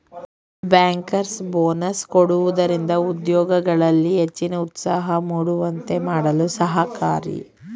bankers bonus ಕೊಡುವುದರಿಂದ ಉದ್ಯೋಗಿಗಳಲ್ಲಿ ಹೆಚ್ಚಿನ ಉತ್ಸಾಹ ಮೂಡುವಂತೆ ಮಾಡಲು ಸಹಕಾರಿ